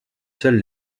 seul